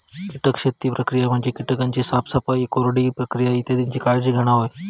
कीटक शेती प्रक्रिया म्हणजे कीटकांची साफसफाई, कोरडे प्रक्रिया इत्यादीची काळजी घेणा होय